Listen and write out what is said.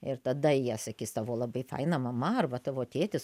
ir tada jie sakys savo labai faina mama arba tavo tėtis